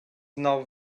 now